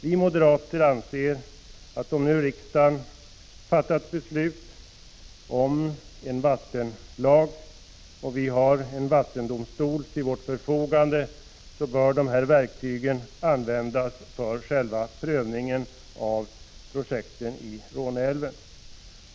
Vi moderater anser att om nu riksdagen fattat beslut om en vattenlag och vi har en vattendomstol till vårt förfogande, så bör dessa verktyg användas för själva prövningen av projekten i Råneälven.